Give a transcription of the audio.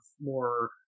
more